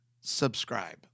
subscribe